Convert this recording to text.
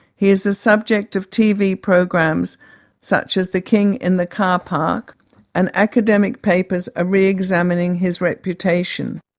he is the subject of tv programmes such as the king in the car park and academic papers are re-examining his reputation.